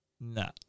Nah